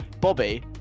Bobby